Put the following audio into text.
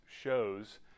shows